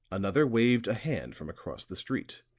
another waved a hand from across the street.